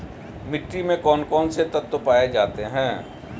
मिट्टी में कौन कौन से तत्व पाए जाते हैं?